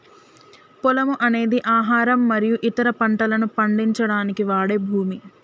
పొలము అనేది ఆహారం మరియు ఇతర పంటలను పండించడానికి వాడే భూమి